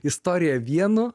istorija vienu